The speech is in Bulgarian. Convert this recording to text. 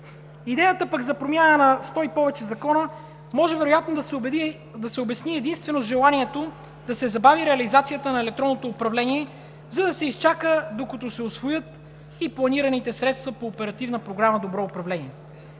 Идеята пък за промяна на сто и повече закона може вероятно да се обясни единствено с желанието да се забави реализацията на електронното управление, за да се изчака, докато се усвоят и планираните средства по Оперативна програма „Добро управление“.